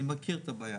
אני מכיר את הבעיה.